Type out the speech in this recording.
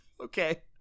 Okay